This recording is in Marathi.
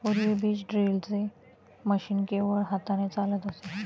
पूर्वी बीज ड्रिलचे मशीन केवळ हाताने चालत असे